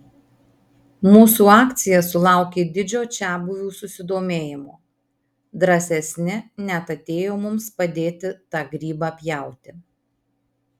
mūsų akcija sulaukė didžio čiabuvių susidomėjimo drąsesni net atėjo mums padėti tą grybą pjauti